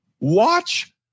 Watch